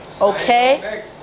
Okay